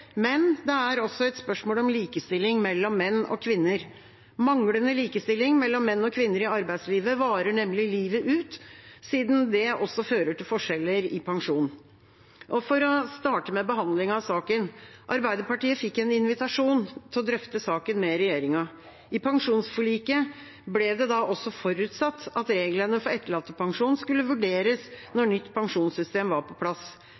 men det er også et spørsmål om likestilling mellom menn og kvinner. Manglende likestilling mellom menn og kvinner i arbeidslivet varer nemlig livet ut, siden det også fører til forskjeller i pensjon. For å starte med behandlingen av saken: Arbeiderpartiet fikk en invitasjon til å drøfte saken med regjeringa. I pensjonsforliket ble det da også forutsatt at reglene for etterlattepensjon skulle vurderes når nytt pensjonssystem var på plass.